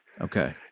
Okay